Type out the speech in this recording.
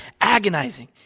agonizing